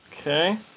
Okay